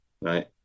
right